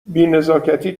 بینزاکتی